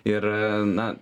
ir na